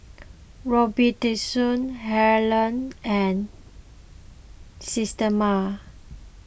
Robitussin Helen and Systema